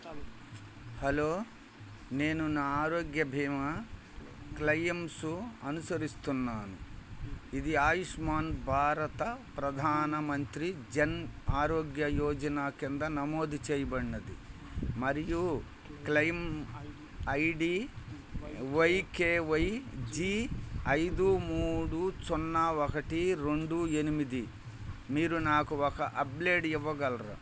hello నేను నా ఆరోగ్య బీమా క్లెయిమ్సు అనుసరిస్తున్నాను ఇది ఆయుష్మాన్ భారత ప్రధాన మంత్రి జన్ ఆరోగ్య యోజన కింద నమోదు చేయబడింది మరియు claim I D Y K Y G ఐదు మూడు సున్నా ఒకటి రెండు ఎనిమిది మీరు నాకు ఒక అప్డేట్ ఇవ్వగలరు